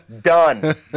Done